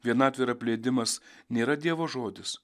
vienatvė ir apleidimas nėra dievo žodis